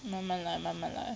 慢慢来慢慢来